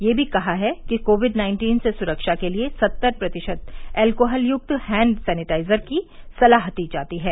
यह भी कहा है कि कोविड नाइन्टीन से सुरक्षा के लिए सत्तर प्रतिशत एल्कोहल युक्त हैंड सैनिटाइजर की सलाह दी जाती है